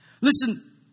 Listen